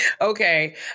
okay